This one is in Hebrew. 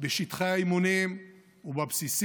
בשטחי האימונים ובבסיסים,